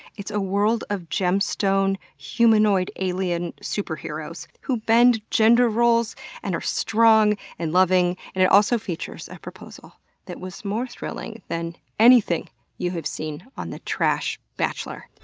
it's a world of gemstone humanoid alien superheroes who bend gender roles and are strong and loving. and it also features a proposal that was more thrilling than anything you've seen on the trash bachelor.